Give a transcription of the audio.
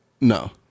No